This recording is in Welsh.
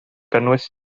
gynnwys